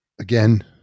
again